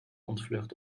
ontvlucht